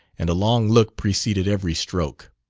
and a long look preceded every stroke.